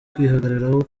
kwihagararaho